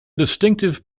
distinctive